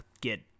get